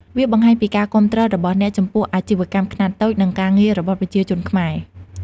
វាបង្ហាញពីការគាំទ្ររបស់អ្នកចំពោះ អាជីវកម្មខ្នាតតូច និងការងាររបស់ប្រជាជនខ្មែរ។